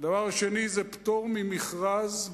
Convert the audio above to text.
פטור ממכרז,